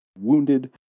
wounded